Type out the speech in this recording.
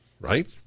right